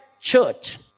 church